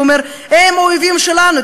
ואומר: הם האויבים שלנו,